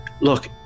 Look